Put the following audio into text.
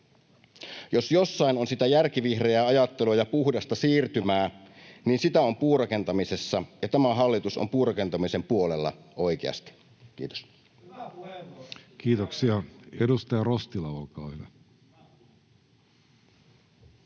Jos jossain on sitä järkivihreää ajattelua ja puhdasta siirtymää, niin sitä on puurakentamisessa, ja tämä hallitus on puurakentamisen puolella oikeasti. — Kiitos. [Tuomas Kettunen: Hyvä